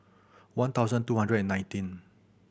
one thousand two hundred and nineteen